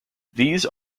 these